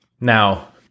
Now